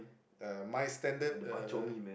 uh my standard uh